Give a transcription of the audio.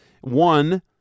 One